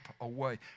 away